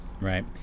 right